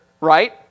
right